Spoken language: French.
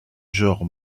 genre